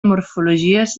morfologies